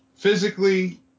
Physically